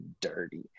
dirty